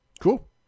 cool